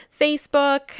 Facebook